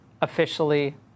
officially